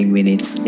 Minutes